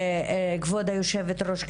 כבוד היושבת-ראש,